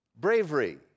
bravery